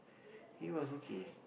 he was okay